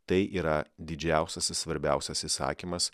tai yra didžiausiasis svarbiausias įsakymas